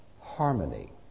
harmony